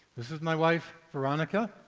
this is my wife veronica,